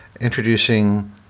introducing